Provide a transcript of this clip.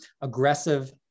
aggressive